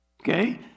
Okay